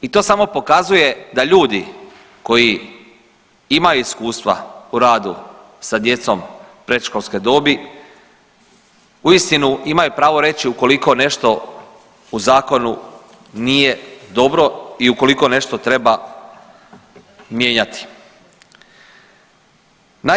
I to samo pokazuje da ljudi koji imaju iskustava u radu sa djecom predškolske dobi uistinu imaju pravo reći ukoliko nešto u zakonu nije dobro i ukoliko nešto treba mijenjati.